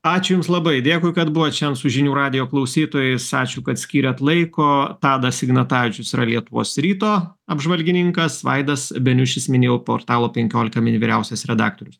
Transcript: ačiū jums labai dėkui kad buvot šien su žinių radijo klausytojais ačiū kad skyrėt laiko tadas ignatavičius yra lietuvos ryto apžvalgininkas vaidas beniušis minėjau portalo penkiolika min vyriausias redaktorius